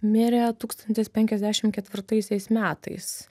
mirė tūkstantis penkiasdešimt ketvirtaisiais metais